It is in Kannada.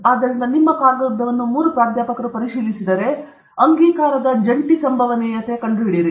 ಆದ್ದರಿಂದ ನಿಮ್ಮ ಕಾಗದವನ್ನು ಮೂರು ಪ್ರಾಧ್ಯಾಪಕರು ಪರಿಶೀಲಿಸಿದರೆ ಅಂಗೀಕಾರದ ಜಂಟಿ ಸಂಭವನೀಯತೆಯನ್ನು ಕಂಡುಹಿಡಿಯಿರಿ